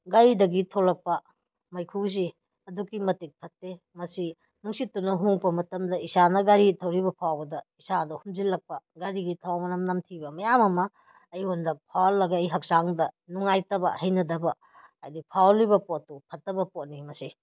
ꯒꯥꯔꯤꯗꯒꯤ ꯊꯣꯂꯛꯄ ꯃꯩꯈꯨꯁꯤ ꯑꯗꯨꯛꯀꯤ ꯃꯇꯤꯛ ꯐꯠꯇꯦ ꯃꯁꯤ ꯅꯨꯡꯁꯤꯠꯇꯨꯅ ꯍꯨꯝꯃꯛꯄ ꯃꯇꯝꯗ ꯏꯁꯥꯅ ꯒꯥꯔꯤ ꯊꯧꯔꯤꯕ ꯐꯥꯎꯕꯗ ꯏꯁꯥꯗ ꯍꯨꯝꯖꯤꯜꯂꯛꯄ ꯒꯥꯔꯤꯒꯤ ꯊꯥꯎ ꯃꯅꯝ ꯅꯝꯊꯤꯕ ꯃꯌꯥꯝ ꯑꯃ ꯑꯩꯉꯣꯟꯗ ꯐꯥꯎꯍꯜꯂꯒ ꯑꯩ ꯍꯛꯆꯥꯡꯗ ꯅꯨꯡꯉꯥꯏꯇꯕ ꯍꯩꯅꯗꯕ ꯍꯥꯏꯗꯤ ꯐꯥꯎꯍꯜꯂꯤꯕ ꯄꯣꯠꯇꯣ ꯐꯠꯇꯕ ꯄꯣꯠꯅꯦ ꯃꯁꯦ